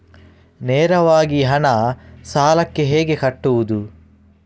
ನೇರವಾಗಿ ಹಣ ಸಾಲಕ್ಕೆ ಹೇಗೆ ಕಟ್ಟುವುದು?